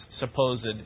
supposed